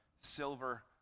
silver